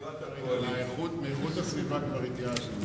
מאיכות הסביבה כבר התייאשנו,